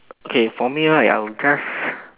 okay for me right I would just